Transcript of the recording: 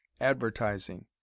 advertising